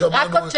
לא.